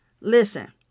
Listen